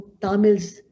Tamils